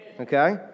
okay